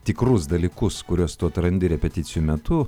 tikrus dalykus kuriuos tu atrandi repeticijų metu